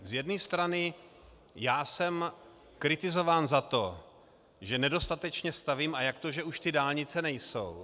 Z jedné strany jsem kritizován za to, že nedostatečně stavím, a jak to, že už ty dálnice nejsou.